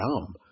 dumb